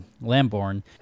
Lamborn